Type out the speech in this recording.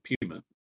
Puma